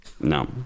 no